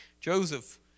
Joseph